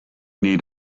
need